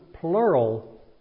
plural